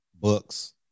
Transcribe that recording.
books